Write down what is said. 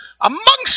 amongst